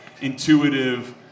intuitive